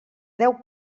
deu